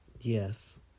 Yes